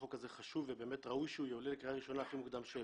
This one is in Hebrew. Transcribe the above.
החוק הזה חשוב ובאמת ראוי שהוא יועלה לקריאה ראשונה הכי מוקדם שאפשר.